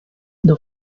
the